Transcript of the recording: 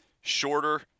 Shorter